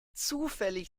zufällig